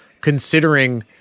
considering –